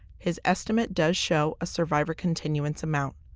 his estimate does show a survivor continuance amount.